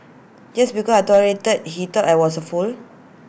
just because I tolerated he thought I was A fool